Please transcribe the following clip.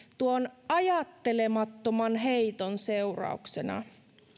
tuon ajattelemattoman heiton seurauksena